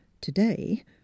today